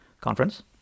conference